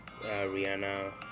Rihanna